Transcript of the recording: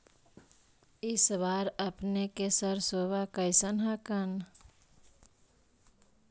इस बार अपने के सरसोबा कैसन हकन?